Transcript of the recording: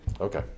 Okay